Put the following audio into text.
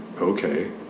okay